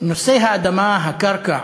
נושא האדמה, הקרקע